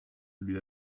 lui